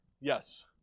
Yes